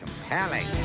compelling